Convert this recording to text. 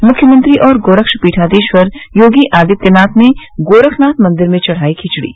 मुख्यमंत्री और गोरक्षपीठाधीश्वर योगी आदित्यनाथ ने गोरखनाथ मंदिर में चढ़ाई खिचड़ी